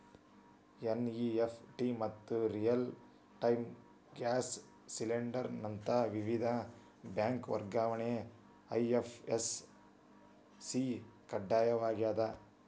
NEFT ಮತ್ತ real time gross settlement ನಂತ ವಿವಿಧ ಬ್ಯಾಂಕ್ ವರ್ಗಾವಣೆಗೆ ಐ.ಎಫ್.ಎಸ್.ಸಿ ಕಡ್ಡಾಯವಾಗ್ಯದ